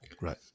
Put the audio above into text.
Right